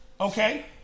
Okay